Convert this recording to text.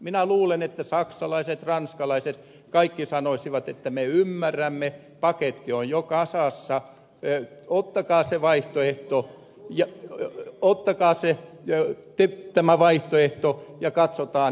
minä luulen että saksalaiset ranskalaiset kaikki sanoisivat että me ymmärrämme paketti on jo kasassa ottakaa tämä vaihtoehto ja katsotaan ja seurataan